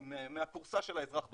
מהכורסה של האזרח בבית,